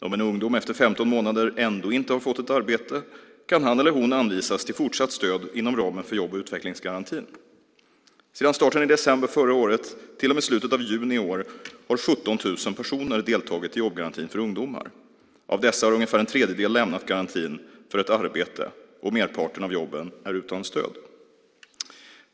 Om en ungdom efter 15 månader ändå inte har fått ett arbete kan han eller hon anvisas till fortsatt stöd inom ramen för jobb och utvecklingsgarantin. Sedan starten i december förra året till och med slutet av juni i år har 17 000 personer deltagit i jobbgarantin för ungdomar. Av dessa har ungefär en tredjedel lämnat garantin för ett arbete. Merparten av jobben är utan stöd.